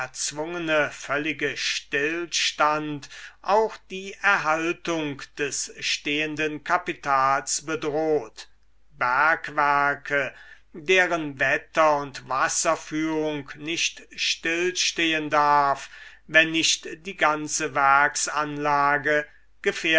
erzwungene völlige stillstand auch die erhaltung des stehenden kapitals bedroht bergwerke deren wetter und wasserführung nicht stillstehen darf wenn nicht die ganze